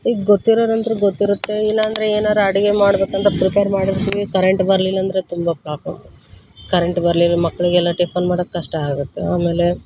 ಈಗ ಗೊತ್ತಿರೋರಂದರೆ ಗೊತ್ತಿರುತ್ತೆ ಇಲ್ಲ ಅಂದರೆ ಏನಾರು ಅಡಿಗೆ ಮಾಡ್ಬೇಕಂದರೆ ಪ್ರಿಪೇರ್ ಮಾಡಿರ್ತೀವಿ ಕರೆಂಟ್ ಬರಲಿಲ್ಲ ಅಂದರೆ ತುಂಬ ಪ್ರಾಬ್ಲಮ್ಮು ಕರೆಂಟ್ ಬರಲಿಲ್ಲ ಮಕ್ಕಳಿಗೆಲ್ಲ ಟಿಫನ್ ಮಾಡೋಕೆ ಕಷ್ಟ ಆಗುತ್ತೆ ಆಮೇಲೆ